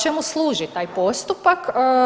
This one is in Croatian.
Čemu služi taj postupak?